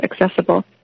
accessible